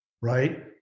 right